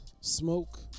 smoke